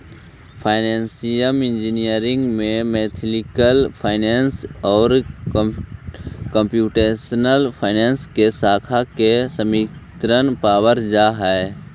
financial engineering में mathematical finance आउ computational finance के शाखा के सम्मिश्रण पावल जा हई